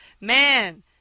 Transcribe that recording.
Man